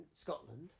Scotland